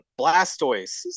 Blastoise